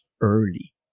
early